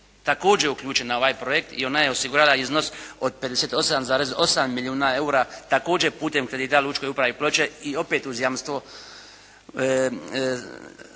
također uključena u ovaj projekt i ona je osigurala iznos od 58,8 milijuna EUR-a također putem kredita lučkoj upravi Ploče i opet uz jamstvo